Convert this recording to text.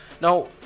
now